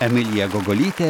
emilija gogolytė